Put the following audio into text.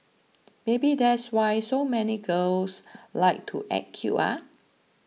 maybe that's why so many girls like to act cute ah